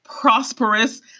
prosperous